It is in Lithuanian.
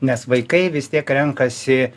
nes vaikai vis tiek renkasi